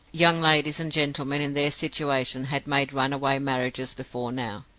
young ladies and gentlemen in their situation had made runaway marriages before now,